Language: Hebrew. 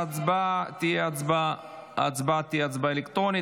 ההצבעה תהיה הצבעה אלקטרונית.